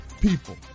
people